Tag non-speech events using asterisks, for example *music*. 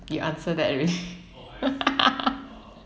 the answer that already *laughs*